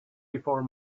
before